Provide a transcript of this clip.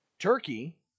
Turkey